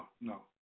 no